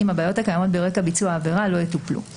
אם הבעיות הקיימות ברקע ביצוע העבירה לא יטופלו,